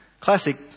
Classic